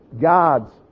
God's